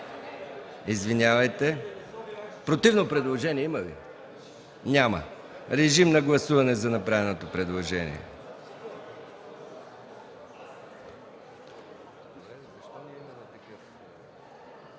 МИХАИЛ МИКОВ: Противно предложение има ли? Няма. Режим на гласуване за направеното предложение.